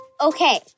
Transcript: Okay